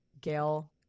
Gail